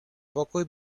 pokój